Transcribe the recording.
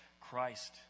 Christ